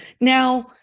Now